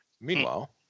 Meanwhile